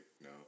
no